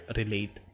relate